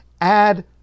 add